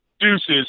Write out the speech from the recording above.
deuces